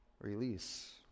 release